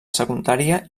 secundària